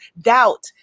doubt